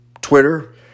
Twitter